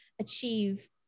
achieve